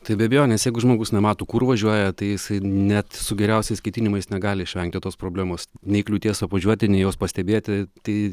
tai be abejonės jeigu žmogus nemato kur važiuoja tai jisai net su geriausiais ketinimais negali išvengti tos problemos nei kliūties apvažiuoti nei jos pastebėti tai